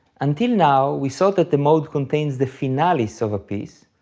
until now we saw that the mode contains the finalis of a piece,